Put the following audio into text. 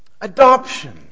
Adoption